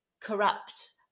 corrupt